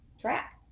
track